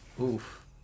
Oof